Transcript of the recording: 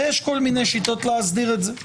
ויש כל מיני שיטות להסדיר את זה,